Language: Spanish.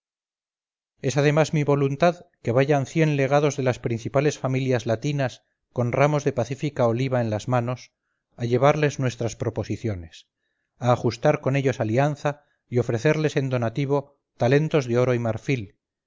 es además mi voluntad que vayan cien legados de las principales familias latinas con ramos de pacífica oliva en las manos a llevarles nuestras proposiciones a ajustar con ellos alianza y ofrecerles en donativo talentos de oro y marfil